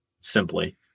simply